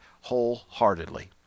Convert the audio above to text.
wholeheartedly